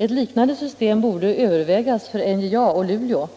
Ett liknande system borde övervägas för NJA och Luleå,